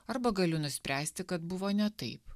arba galiu nuspręsti kad buvo ne taip